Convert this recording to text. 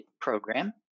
program